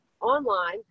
online